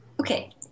okay